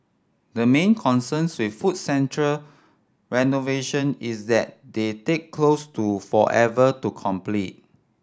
the main concerns with food central renovation is that they take close to forever to complete